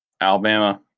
Alabama